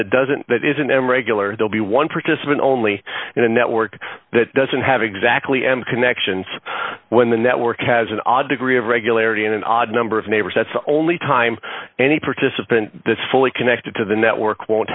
that doesn't that isn't m regular they'll be one persistent only and a network that doesn't have exactly m connections when the network has an odd degree of regularity in an odd number of neighbors that's the only time any participant that's fully connected to the network won't